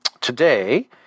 today